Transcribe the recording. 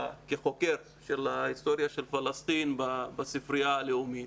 כחוקר של ההיסטוריה של פלסטין בספרייה הלאומית